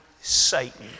Satan